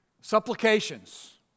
Supplications